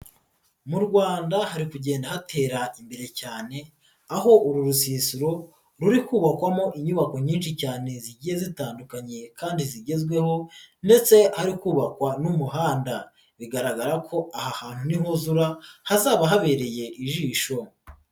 Mu Rwanda hari kugenda hatera imbere cyane aho uru rusisiro ruri kubakwamo inyubako nyinshi cyane zigiye zitandukanye kandi zigezweho ndetse hari kubakwa n'umuhanda, bigaragara ko aha hantu nihuzura hazaba habereye ijisho.